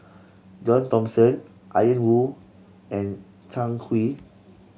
John Thomson Ian Woo and Zhang Hui